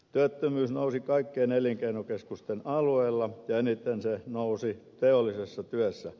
työttömyys nousi kaikkien elinkeinokeskusten alueilla ja eniten se nousi teollisessa työssä